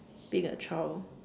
being a child